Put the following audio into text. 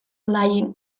laying